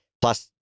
plus